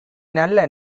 நல்ல